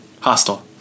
Hostile